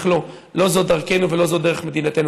אך לא, לא זאת דרכנו ולא זאת דרך מדינתנו.